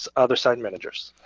so other site managers.